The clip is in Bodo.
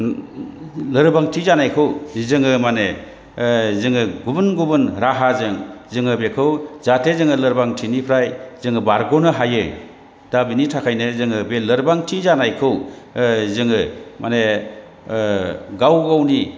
लोरबांथि जानायखौ जोङो माने जोङो गुबुन गुबुन राहाजों जोङो बेखौ जाहाथे जोङो लोरबांथिनिफ्राय जोङो बारग'नो हायो दा बेनि थाखायनो जोङो बे लोरबांथि जानायखौ जोङो माने गाव गावनि